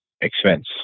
expense